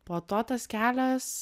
po to tas kelias